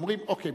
אומרים: אוקיי.